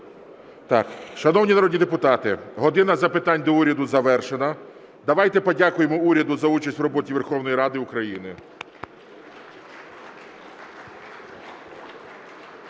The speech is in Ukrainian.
Шановні народні депутати, "година запитань до Уряду" завершена. Давайте подякуємо уряду за участь в роботі Верховної Ради України.